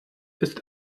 ist